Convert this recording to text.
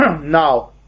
Now